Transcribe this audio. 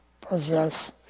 possess